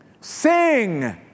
Sing